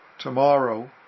Tomorrow